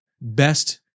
best